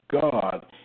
God